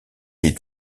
est